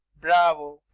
bravo!